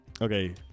Okay